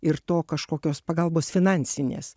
ir to kažkokios pagalbos finansinės